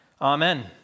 Amen